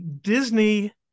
Disney